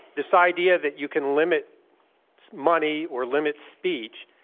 this idea that you can limit money or limit speech,